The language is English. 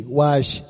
wash